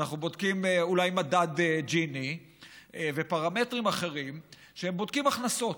אנחנו בודקים אולי מדד ג'יני ופרמטרים אחרים שבודקים הכנסות.